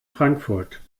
frankfurt